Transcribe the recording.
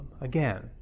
Again